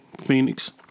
phoenix